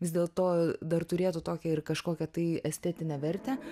vis dėlto dar turėtų tokią ir kažkokią tai estetinę vertę